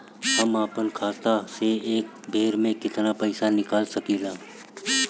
हम आपन खतवा से एक बेर मे केतना पईसा निकाल सकिला?